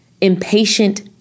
impatient